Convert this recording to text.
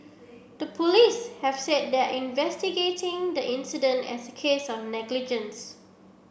the police have said they are investigating the incident as a case of negligence